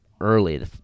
early